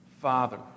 Father